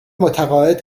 متعاقد